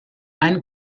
ein